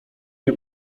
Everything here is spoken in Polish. nie